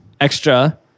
extra